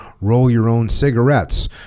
roll-your-own-cigarettes